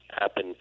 happen